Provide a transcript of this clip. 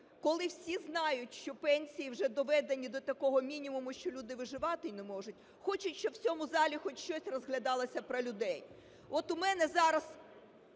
коли всі знають, що пенсії вже доведені до такого мінімуму, що люди виживати не можуть, хочуть, щоб в цьому залі хоч щось розглядалося про людей.